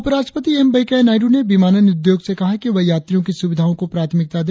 उपराष्ट्रपति एम वेंकैया नायडू ने विमानन उद्योग से कहा है कि वह यात्रियों की सुविधाओं को प्राथमिकता दे